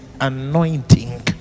anointing